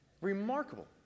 remarkable